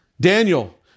Daniel